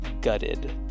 gutted